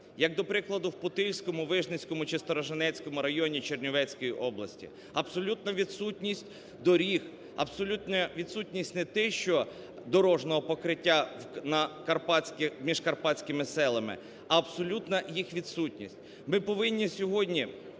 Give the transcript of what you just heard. Як до прикладу в Путильському, Вижницькому чи Сторожинецькому районі Чернівецької області абсолютна відсутність доріг, абсолютна відсутність не те, що дорожнього покриття між карпатськими селами, а абсолютна їх відсутність. Ми повинні сьогодні